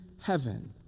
heaven